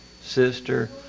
sister